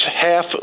half